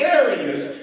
areas